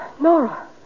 Nora